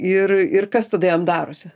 ir ir kas tada jam darosi